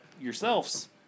yourselves